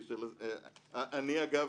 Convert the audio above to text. אגב,